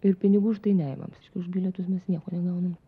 ir pinigų už tai neimam už bilietus mes nieko negaunam